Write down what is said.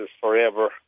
forever